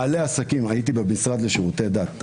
הייתי במשרד לשירותי דת,